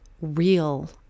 real